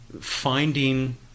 finding